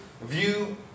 view